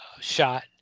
shot